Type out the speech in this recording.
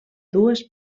dues